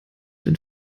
den